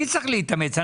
אני צריך להתאמץ.